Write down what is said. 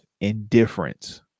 indifference